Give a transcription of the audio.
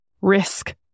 risk